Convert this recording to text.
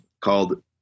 called